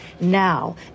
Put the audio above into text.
Now